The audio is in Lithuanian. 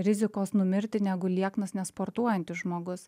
rizikos numirti negu lieknas nesportuojantis žmogus